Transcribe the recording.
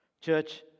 church